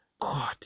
God